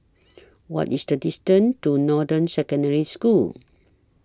What IS The distance to Northern Secondary School